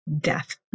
death